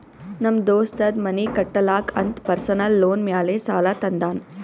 ನಮ್ ದೋಸ್ತಗ್ ಮನಿ ಕಟ್ಟಲಾಕ್ ಅಂತ್ ಪರ್ಸನಲ್ ಲೋನ್ ಮ್ಯಾಲೆ ಸಾಲಾ ತಂದಾನ್